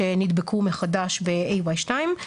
שנדבקו מחדש ב-AY2.